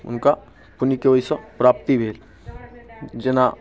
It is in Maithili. हुनका पुण्यके ओहिसँ प्राप्ति भेल जेना